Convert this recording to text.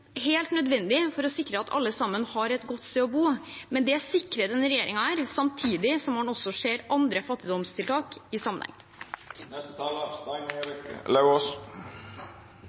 helt nødvendig for å sikre at alle har et godt sted å bo. Det sikrer denne regjeringen samtidig som man ser andre fattigdomstiltak i